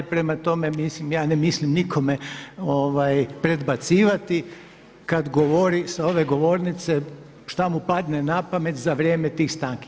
Prema tome, ja ne mislim nikome predbacivati kada govori sa ove govornice šta mu padne na pamet za vrijeme tih stanki.